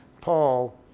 Paul